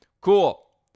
Cool